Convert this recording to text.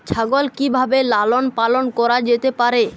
ছাগল কি ভাবে লালন পালন করা যেতে পারে?